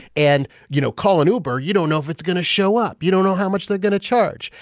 and, you know, call an uber, you don't know if it's going to show up. you don't know how much they're going to charge.